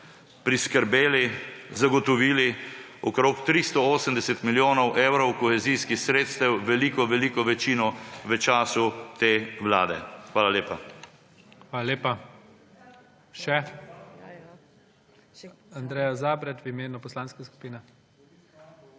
priskrbeli, zagotovili okrog 380 milijonov evrov kohezijskih sredstev, veliko veliko večino v času te vlade. Hvala lepa. **PREDSEDNIK IGOR ZORČIČ:** Hvala lepa. Še? Andreja Zabret v imenu poslanske skupine.